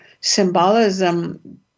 symbolism